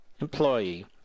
employee